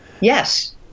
Yes